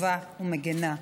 טובה ומגנה.